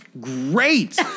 great